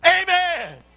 Amen